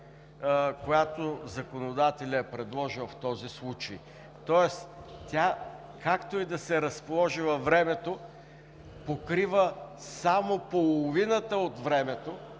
която законодателят е предложил в този случай. Както и да се разположи във времето, тя покрива само половината от времето,